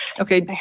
Okay